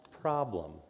problem